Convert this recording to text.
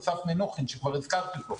אסף מנוחין שכבר הזכרתי אותו,